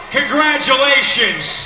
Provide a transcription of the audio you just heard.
Congratulations